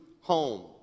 home